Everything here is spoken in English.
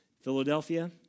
Philadelphia